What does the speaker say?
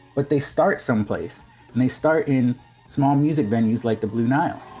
but they start someplace and they start in small music venues like the blue nile